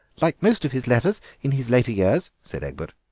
like most of his letters in his later years, said egbert.